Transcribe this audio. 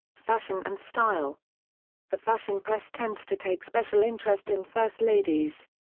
fashion and style the fashion press tends to take special interest in first ladies.